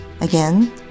Again